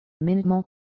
minimal